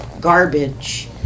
garbage